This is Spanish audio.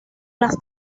las